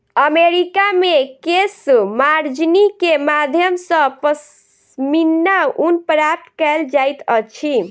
America मे केशमार्जनी के माध्यम सॅ पश्मीना ऊन प्राप्त कयल जाइत अछि